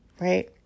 Right